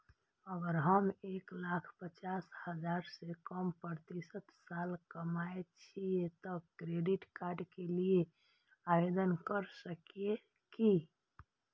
अगर हम एक लाख पचास हजार से कम प्रति साल कमाय छियै त क्रेडिट कार्ड के लिये आवेदन कर सकलियै की?